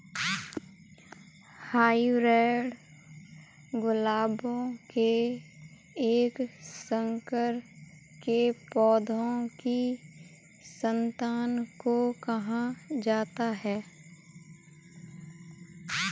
hybrid गुलाबों के एक संकर के पौधों की संतान को कहा जाता है